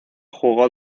jugó